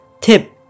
Tip